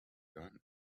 done